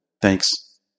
Thanks